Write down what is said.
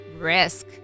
risk